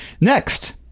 Next